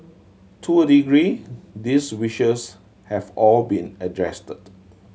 to a degree these wishes have all been addressed